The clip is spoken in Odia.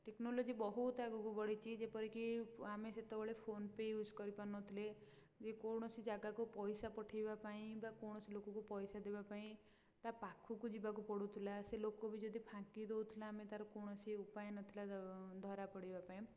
ଟେକ୍ନୋଲୋଜି ବହୁତ ଆଗକୁ ବଢ଼ିଛି ଯେପରି କି ଆମେ ସେତେବେଳେ ଫୋନପେ ୟୁଜ୍ କରି ପାରୁନଥିଲେ କି କୌଣସି ଜାଗାକୁ ପଇସା ପଠେଇବା ପାଇଁ ବା କୌଣସି ଲୋକକୁ ପଇସା ଦେବାପାଇଁ ତା ପାଖକୁ ଯିବାକୁ ପଡ଼ୁଥିଲା ସେ ଲୋକବି ଯଦି ଫାଙ୍କି ଦେଉଥିଲା ଆମେ ତା'ର କୌଣସି ଉପାୟ ନଥିଲା ଧରା ପଡ଼ିବା ପାଇଁ